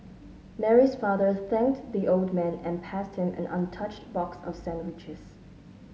Mary's father thanked the old man and passed him an untouched box of sandwiches